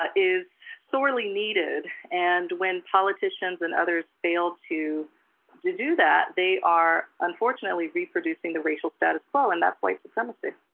ah is sorely needed, and when politicians and others fail to do that, they are unfortunately reproducing the racial status quo, and that's white supremacy.